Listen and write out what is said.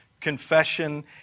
confession